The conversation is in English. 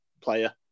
player